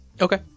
Okay